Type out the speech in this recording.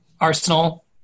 Arsenal